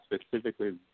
specifically